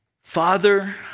Father